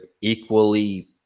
equally